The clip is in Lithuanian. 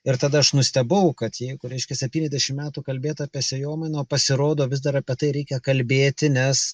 ir tada aš nustebau kad jeigu reiškia septyniasdešimt metų kalbėta apie sėjomainą o pasirodo vis dar apie tai reikia kalbėti nes